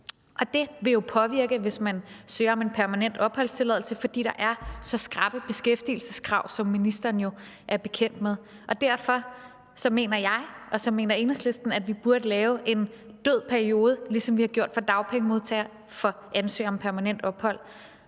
Og det vil jo påvirke, hvis man søger om en permanent opholdstilladelse, fordi der er så skrappe beskæftigelseskrav, hvad ministeren jo er bekendt med. Og derfor mener jeg og Enhedslisten, at vi burde lave en død periode, ligesom vi har gjort for dagpengemodtagere, for at ansøge om permanent ophold.